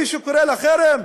מי שקורא לחרם,